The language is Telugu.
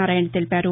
నారాయణ తెలిపారు